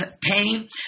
pain